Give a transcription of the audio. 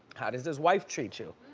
how does his wife treat you?